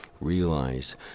realize